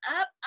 up